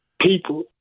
people